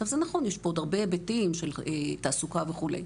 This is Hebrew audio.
נכון שיש פה הרבה היבטים של תעסוקה וכו'.